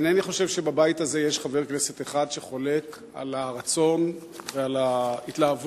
אינני חושב שבבית הזה יש חבר כנסת אחד שחולק על הרצון ועל ההתלהבות